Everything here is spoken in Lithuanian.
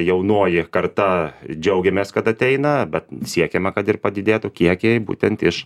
jaunoji karta džiaugiamės kad ateina bet siekiama kad ir padidėtų kiekiai būtent iš